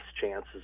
chances